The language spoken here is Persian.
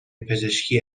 پزشکی